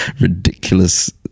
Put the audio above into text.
ridiculous